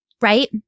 right